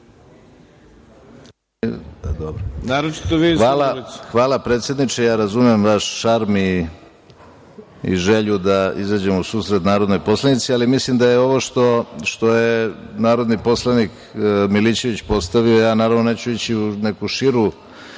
Hvala predsedniče, razumem vaš šarm i želju da izađemo u susret narodnoj poslanici, ali mislim da je ovo što je narodni poslanik Milićević postavio, naravno neću ići u neku širu